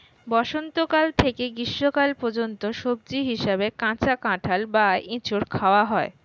বসন্তকাল থেকে গ্রীষ্মকাল পর্যন্ত সবজি হিসাবে কাঁচা কাঁঠাল বা এঁচোড় খাওয়া হয়